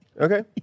Okay